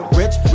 rich